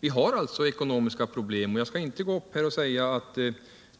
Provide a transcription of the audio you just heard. Vi har alltså ekonomiska problem, och jag skall inte säga att